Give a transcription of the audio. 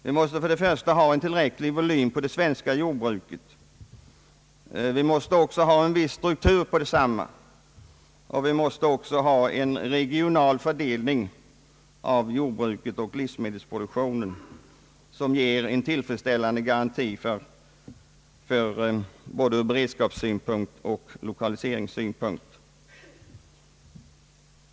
Vi måste ha en tillräcklig volym på det svenska jordbruket, vi måste ha en viss struktur på detsamma, och vi måste också ha en regional fördelning av jordbruket och livsmedelsproduktionen som ger en tillfredsställande garanti ur både beredskapsoch lokaliseringssynpunkt.